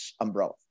umbrella